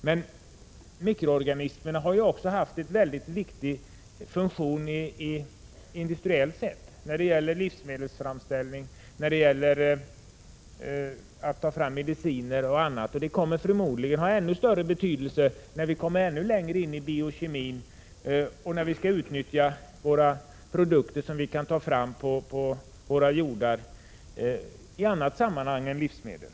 Men mikroorganismerna har också haft en mycket viktig funktion industriellt när det gällt livsmedelsframställning, medicinframställning osv. De kommer förmodligen att ha än större betydelse när vi kommer ännu längre i biokemin och när vi skall utnyttja produkter som vi kan ta fram på — Prot. 1986/87:30 våra jordar för andra ändamål än såsom livsmedel.